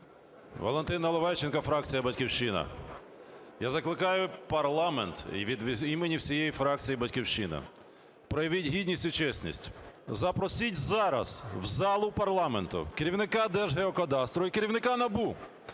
Валентин Наливайченко, фракція "Батьківщина". Я закликаю парламент і від імені всієї фракції "Батьківщина", проявіть гідність і чесність, запросіть зараз в залу парламенту керівника Держгеокадастру і керівника НАБУ,